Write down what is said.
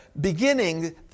Beginning